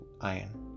iron